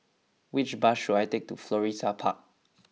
which bus should I take to Florissa Park